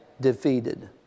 defeated